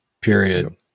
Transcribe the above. period